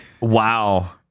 Wow